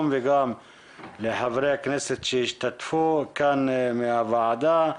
וגם לחברי הכנסת שהשתתפו כאן בוועדה.